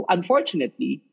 Unfortunately